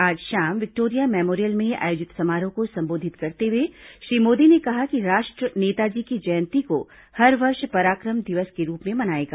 आज शाम Victoria Memorial में आयोजित समारोह को संबोधित करते हुए श्री मोदी ने कहा कि राष्ट्र नेताजी की जयंती को हर वर्ष पराक्रम दिवस के रूप में मनाएगा